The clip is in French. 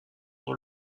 dans